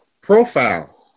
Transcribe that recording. Profile